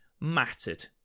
mattered